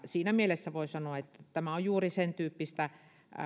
siinä mielessä voi sanoa että tämä on juuri sentyyppistä